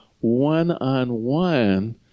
one-on-one